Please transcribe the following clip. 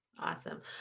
awesome